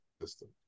system